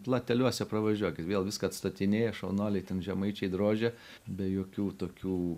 plateliuose pravažiuokit vėl viską atstatinėja šaunuoliai ten žemaičiai drožia be jokių tokių